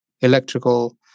electrical